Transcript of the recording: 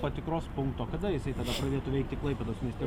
patikros punkto kada jisai kada pradėtų veikti klaipėdos mieste